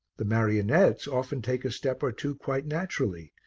the marionettes often take a step or two quite naturally,